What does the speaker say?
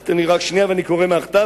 אז תן לי רק שנייה, ואני קורא מהכתב.